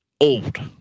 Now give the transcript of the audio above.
old